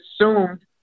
assumed